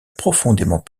profondément